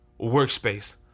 workspace